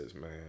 man